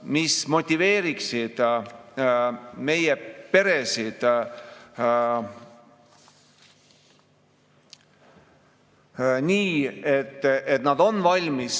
ja motiveeriksid meie peresid nii, et nad on valmis